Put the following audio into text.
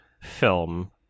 film